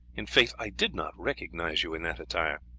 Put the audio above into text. in faith i did not recognize you in that attire.